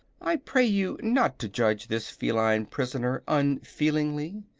i pray you not to judge this feline prisoner unfeelingly.